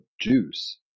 juice